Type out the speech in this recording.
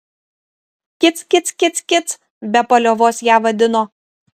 kic kic kic kic be paliovos ją vadino